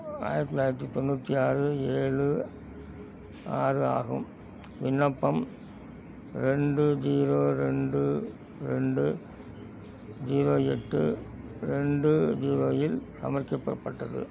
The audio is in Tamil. ஆயிரத்தி தொள்ளாயிரத்தி தொண்ணூற்றி ஆறு ஏழு ஆறு ஆகும் விண்ணப்பம் ரெண்டு ஜீரோ ரெண்டு ரெண்டு ஜீரோ எட்டு ரெண்டு ஜீரோ இல் சமர்பிக்கக்கப்பட்டது